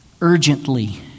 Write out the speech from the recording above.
urgently